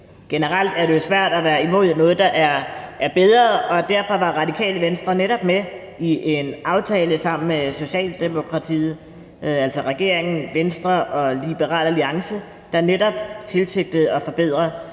Generelt er det jo svært at være imod noget, der er bedre, og derfor var Radikale Venstre også sammen med Socialdemokratiet, altså regeringen, Venstre og Liberal Alliance, med i en aftale, der netop tilsigter at forbedre